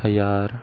ਹਜ਼ਾਰ